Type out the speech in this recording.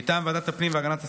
מטעם ועדת הפנים והגנת הסביבה,